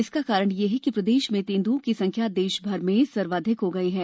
इसका कारण यह है कि प्रदेश में तेंदुओं की संख्या देशभर में सर्वाधिक हो गई है